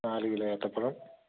നാല് കിലോ ഏത്തപ്പഴം